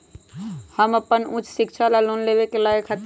हम अपन उच्च शिक्षा ला लोन लेवे के लायक हती?